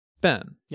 Ben